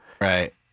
right